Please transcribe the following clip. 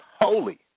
holy